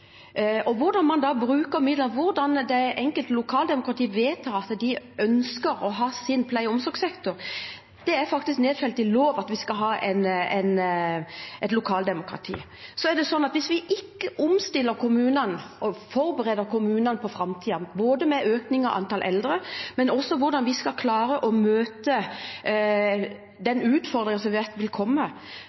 og når det gjelder hvordan man bruker midlene – at det enkelte lokaldemokrati vedtar hvordan de ønsker å ha sin pleie- og omsorgssektor – er det faktisk nedfelt i lov at vi skal ha et lokaldemokrati. Så er det sånn at hvis vi ikke omstiller kommunene og forbereder kommunene på framtiden med tanke på en økning av antall eldre og hvordan vi skal klare å møte den utfordringen som vi vet vil komme,